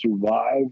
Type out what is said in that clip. survive